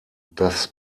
das